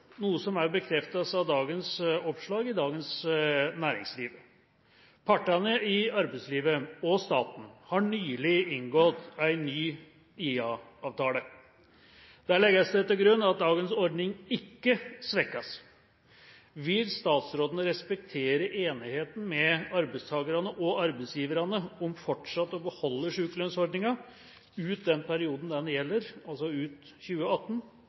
noe som også bekreftes av dagens oppslag i Dagens Næringsliv. Partene i arbeidslivet og staten har nylig inngått en ny IA-avtale. Der legges det til grunn at dagens ordninger ikke svekkes. Vil statsråden respektere enigheten mellom arbeidstakerne og arbeidsgiverne om å beholde sykelønnsordninga ut den perioden den gjelder, altså ut 2018,